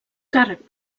càrrec